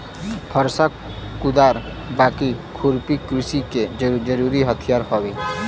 फरसा, कुदार, बाकी, खुरपी कृषि के जरुरी हथियार हउवे